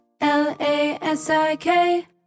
L-A-S-I-K